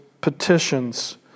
petitions